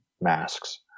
masks